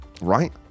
right